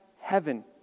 heaven